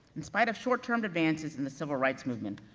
in spite of short-termed advances in the civil rights movement,